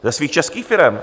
Ze svých českých firem?